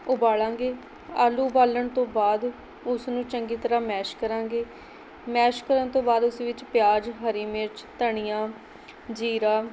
ਉਬਾਲਾਂਗੇ ਆਲੂ ਉਬਾਲਣ ਤੋਂ ਬਾਅਦ ਉਸਨੂੰ ਚੰਗੀ ਤਰ੍ਹਾਂ ਮੈਸ਼ ਕਰਾਂਗੇ ਮੈਸ਼ ਕਰਨ ਤੋਂ ਬਾਅਦ ਉਸ ਵਿੱਚ ਪਿਆਜ਼ ਹਰੀ ਮਿਰਚ ਧਨੀਆਂ ਜੀਰਾ